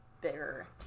bigger